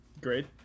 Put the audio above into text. Great